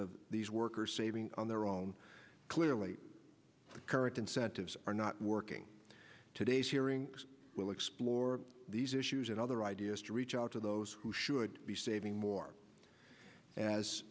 of these workers saving on their own clearly the current incentives are not working today's hearing will explore these issues and other ideas to reach out to those who should be saving more as